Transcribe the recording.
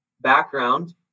background